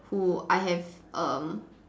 who I have um